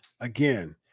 again